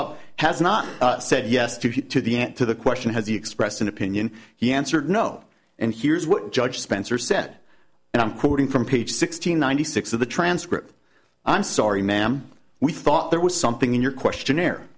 up has not said yes to get to the end to the question has he expressed an opinion he answered no and here's what judge spencer said and i'm quoting from page sixteen ninety six of the transcript i'm sorry ma'am we thought there was something in your questionnaire